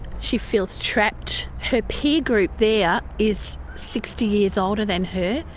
she feels trapped. her peer group there is sixty years older than her.